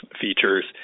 features